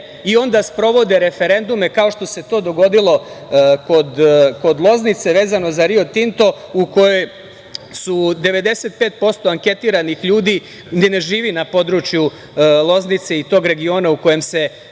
Onda sprovode referendume, kao što se to dogodilo kod Loznice vezano za „Rio Tinto“, u kojima je 95% anketiranih ljudi koji ne žive na području Loznice i tog regiona u kojem se